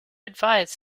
advise